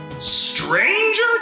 Stranger